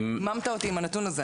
אני המומה מהנתון הזה.